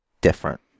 different